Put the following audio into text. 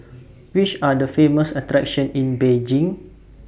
Which Are The Famous attractions in Beijing